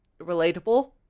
relatable